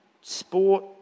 sport